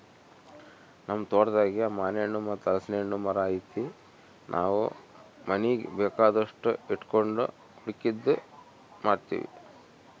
ನಮ್ ತೋಟದಾಗೇ ಮಾನೆಣ್ಣು ಮತ್ತೆ ಹಲಿಸ್ನೆಣ್ಣುನ್ ಮರ ಐತೆ ನಾವು ಮನೀಗ್ ಬೇಕಾದಷ್ಟು ಇಟಗಂಡು ಉಳಿಕೇದ್ದು ಮಾರ್ತೀವಿ